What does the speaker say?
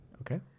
Okay